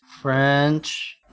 French